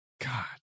God